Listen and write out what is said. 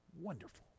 wonderful